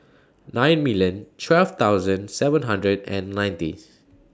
nine million twelve thousand seven hundred and nineties